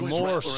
more